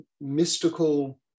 mystical